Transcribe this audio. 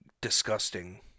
disgusting